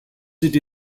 sit